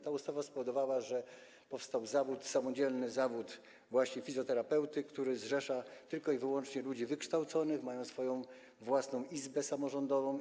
Ta ustawa spowodowała, że powstał zawód, właśnie samodzielny zawód fizjoterapeuty, który zrzesza tylko i wyłącznie ludzi wykształconych, mających swoją własną izbę samorządową.